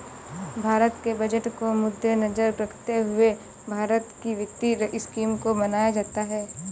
भारत के बजट को मद्देनजर रखते हुए भारत की वित्तीय स्कीम को बनाया जाता है